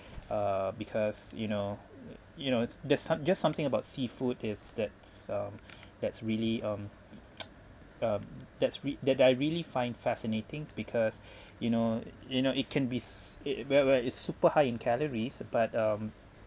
uh because you know you know it's there's some there's something about seafood is that's uh that's really um uh that's re~ that that I really find fascinating because you know you know it can be s~ it well well is super high in calories but um